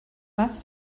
was